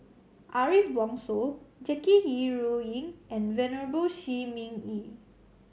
Ariff Bongso Jackie Yi Ru Ying and Venerable Shi Ming Yi